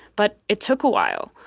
but it took awhile.